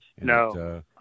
No